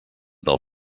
del